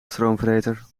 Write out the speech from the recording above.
stroomvreter